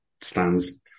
stands